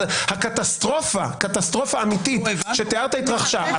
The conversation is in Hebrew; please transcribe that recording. הקטסטרופה, קטסטרופה אמיתית שתיארת, התרחשה.